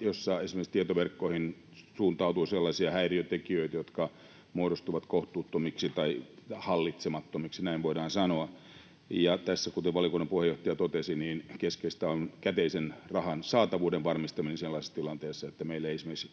jossa esimerkiksi tietoverkkoihin suuntautuu sellaisia häiriötekijöitä, jotka muodostuvat kohtuuttomiksi tai hallitsemattomiksi, näin voidaan sanoa. Tässä, kuten valiokunnan puheenjohtaja totesi, keskeistä on käteisen rahan saatavuuden varmistaminen sellaisessa tilanteessa, että meillä esimerkiksi